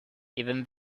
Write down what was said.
even